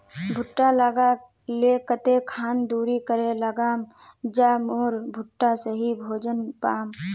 भुट्टा लगा ले कते खान दूरी करे लगाम ज मोर भुट्टा सही भोजन पाम?